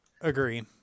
Agree